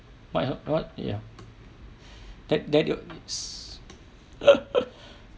but you know what ya that that's